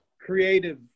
Creative